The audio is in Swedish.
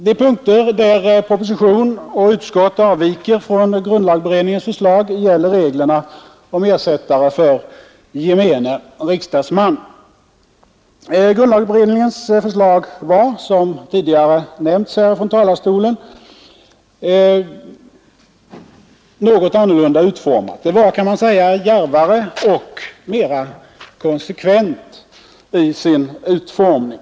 De punkter där proposition och utskott avviker från grundlagberedningens förslag gäller reglerna om ersättare för gemene riksdagsman. Grundlagberedningens förslag var, som tidigare nämnts här från talarstolen, något annorlunda utformat. Det var, kan man säga, djärvare och mera konsekvent i sin utformning.